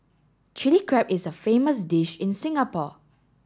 Chilli Crab is a famous dish in Singapore